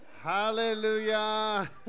Hallelujah